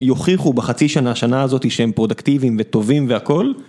יוכיחו בחצי שנה, שנה הזאת, שהם פרודקטיביים וטובים והכול.